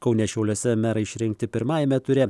kaune šiauliuose merai išrinkti pirmajame ture